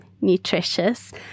nutritious